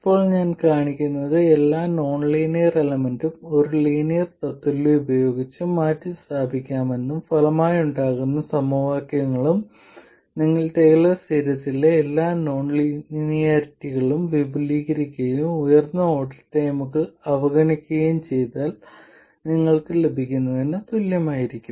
ഇപ്പോൾ ഞാൻ കാണിക്കുന്നത് എല്ലാ നോൺ ലീനിയർ എലമെന്റും ഒരു ലീനിയർ തത്തുല്യം ഉപയോഗിച്ച് മാറ്റിസ്ഥാപിക്കാമെന്നും ഫലമായുണ്ടാകുന്ന സമവാക്യങ്ങളും നിങ്ങൾ ടെയ്ലർ സീരീസിലെ എല്ലാ നോൺലീനിയാരിറ്റികളും വിപുലീകരിക്കുകയും ഉയർന്ന ഓർഡർ ടേമുകൾ അവഗണിക്കുകയും ചെയ്താൽ നിങ്ങൾക്ക് ലഭിക്കുന്നതിന് തുല്യമായിരിക്കും